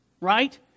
right